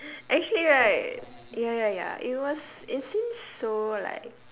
actually right ya ya ya it was it seems so like